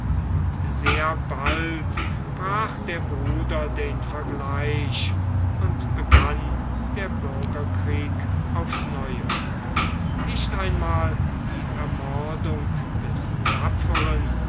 und sehr bald brach der bruder den vergleich und begann der bürgerkrieg aufs neue nicht einmal die ermordung des tapferen